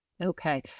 Okay